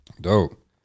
Dope